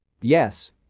Yes